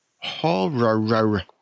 Horror